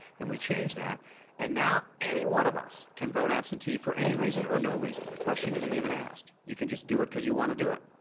and we change that and now anyone of us can vote absentee for any reason or no reason. the question isn't even asked. you can just do it cause you wanna do it.